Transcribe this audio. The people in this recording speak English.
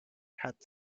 had